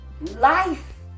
life